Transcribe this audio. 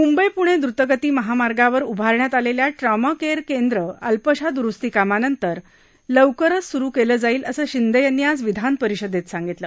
मुंबई पुणे द्रतगती महामार्गावर उभारण्यात आलेल्या ट्रॉमा केअर केंद्र अल्पशा द्रुस्ती कामानंतर लवकरच सुरु केलं जाईल असं शिंदे यांनी आज विधानपरिषदेत प्रश्रोत्तराच्या तासात सांगितलं